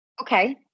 Okay